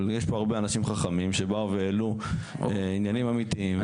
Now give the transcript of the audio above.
אבל יש פה הרבה אנשים חכמים שבאו והעלו עניינים אמיתיים.